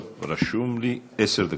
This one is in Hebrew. לא, כתוב לי עשר דקות.